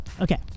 okay